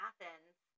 Athens